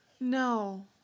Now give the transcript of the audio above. No